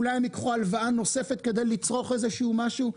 אולי הם ייקחו הלוואה נוספת כדי לצרוך איזה שהוא משהו?